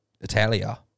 Italia